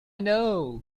know